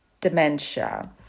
dementia